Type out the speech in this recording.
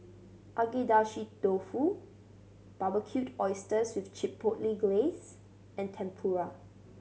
Agedashi Dofu Barbecued Oysters with Chipotle Glaze and Tempura